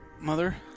Mother